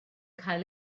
cael